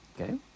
Okay